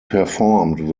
performed